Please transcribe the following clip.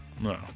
no